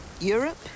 Europe